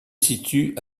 situe